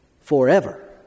Forever